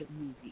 movie